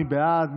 מי בעד?